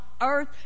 earth